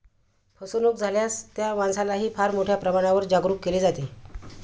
फसवणूक झाल्यास त्या माणसालाही फार मोठ्या प्रमाणावर जागरूक केले जाते